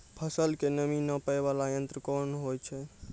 फसल के नमी नापैय वाला यंत्र कोन होय छै